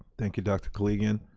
thank you dr. koligian.